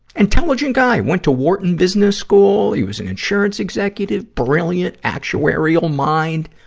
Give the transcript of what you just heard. intelligent guy, went to wharton business school, he was an insurance executive, brilliant actuarial mind,